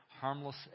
harmless